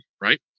right